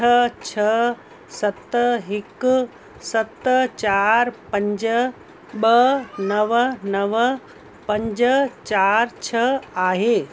अठ छह सत हिकु सत चारि पंज ॿ नव नव पंज चार छह आहे